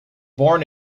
born